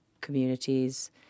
communities